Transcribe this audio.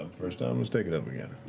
um first time, let's take it up again.